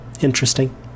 interesting